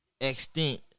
extent